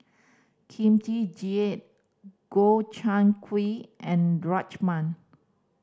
Kimchi Jjigae Gobchang Gui and Rajma